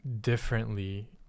differently